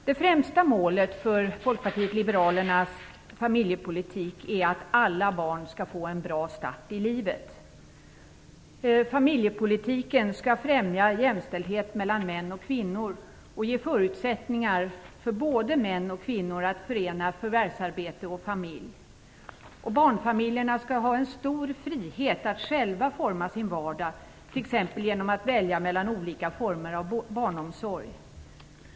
Det främsta målet för Folkpartiet liberalernas familjepolitik är att alla barn skall få en bra start i livet. Familjepolitiken skall främja jämställdhet mellan män och kvinnor och ge förutsättningar för både män och kvinnor att förena förvärvsarbete och familj. Barnfamiljerna skall ha en stor frihet att själva forma sin vardag, t.ex. genom att kunna välja mellan olika former av barnomsorg.